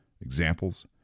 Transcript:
Examples